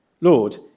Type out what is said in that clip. Lord